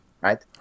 right